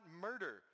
murder